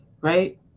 right